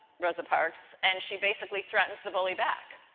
rosa parks. and, she basically threatens the bully back.